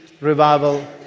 revival